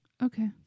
Okay